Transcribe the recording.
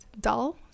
dull